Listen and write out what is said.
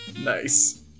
Nice